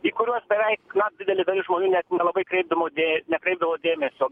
į kuriuos beveik na didelė dalis žmonių net nelabai kreipdavo dė nekreipdavo dėmesio